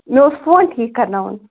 مےٚ اوس فون ٹھیٖک کَرناوُن